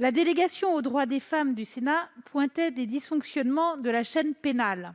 la délégation aux droits des femmes du Sénat pointait les dysfonctionnements de la chaîne pénale.